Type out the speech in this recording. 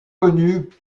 connu